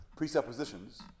presuppositions